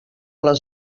les